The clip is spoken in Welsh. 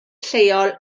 lleol